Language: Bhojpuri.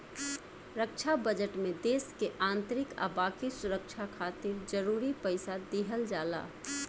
रक्षा बजट में देश के आंतरिक आ बाकी सुरक्षा खातिर जरूरी पइसा दिहल जाला